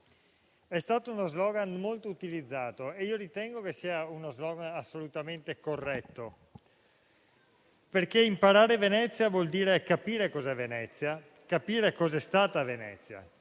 È stato uno slogan molto utilizzato che ritengo assolutamente corretto, perché imparare Venezia vuol dire capire cos'è Venezia e capire cos'è stata Venezia.